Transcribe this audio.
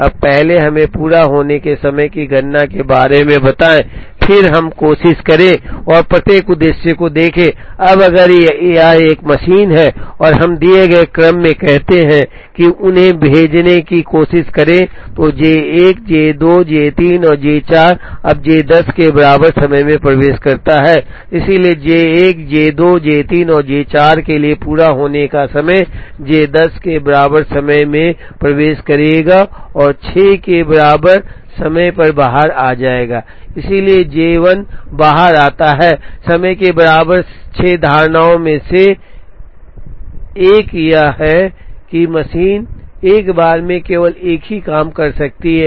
अब पहले हमें पूरा होने के समय की गणना के बारे में बताएं और फिर हम कोशिश करें और प्रत्येक उद्देश्य को देखें अब अगर यह एक मशीन है और हम दिए गए क्रम में कहते हैं कि उन्हें भेजने की कोशिश करें तो J 1 J 2 J 3 और J 4 अब J 1 0 के बराबर समय में प्रवेश करता है इसलिए J 1 J 2 J 3 और J 4 के लिए पूरा होने का समय J 1 0 के बराबर समय में प्रवेश करेगा और 6 के बराबर समय पर बाहर आएगा इसलिए J 1 बाहर आता है समय के बराबर 6 धारणाओं में से एक यह है कि मशीन एक बार में केवल एक ही काम कर सकती है